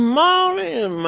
morning